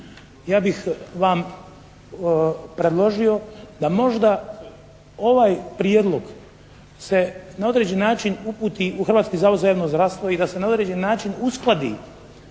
ja bih vam predložio da možda ovaj prijedlog se na određeni način uputi u Hrvatski zavod za javno zdravstvo i da se na određeni način uskladi